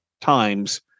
times